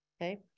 Okay